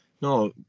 no